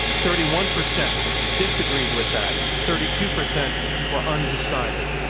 thirty one percent disagreed with that, thirty two percent were undecided.